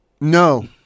No